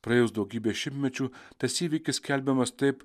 praėjus daugybei šimtmečių tas įvykis skelbiamas taip